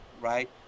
right